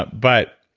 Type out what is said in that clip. but but,